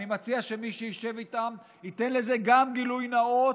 אני מציע שמי שישב איתם ייתן לזה גם גילוי נאות,